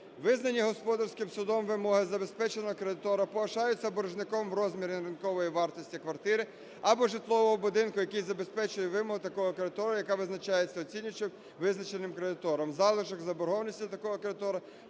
Визнані господарським судом вимоги забезпеченого кредитора погашаються боржником у розмірі ринкової вартості квартири або житлового будинку, який забезпечує вимоги такого кредитора, яка визначається оцінювачем, визначеним кредитором. Залишок заборгованості такого кредитора